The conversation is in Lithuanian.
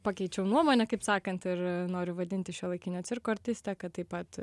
pakeičiau nuomonę kaip sakant ir noriu vadintis šiuolaikinio cirko artiste kad taip pat